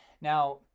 Now